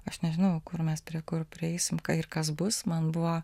aš nežinojau kur mes prie kur prieisim ir kas bus man buvo